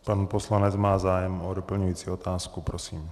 Pan poslanec má zájem o doplňující otázku, prosím.